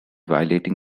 violating